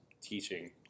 teaching